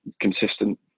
consistent